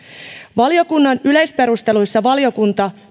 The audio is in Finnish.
valiokunnan yleisperusteluissa valiokunta